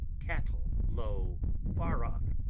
cattle low far off.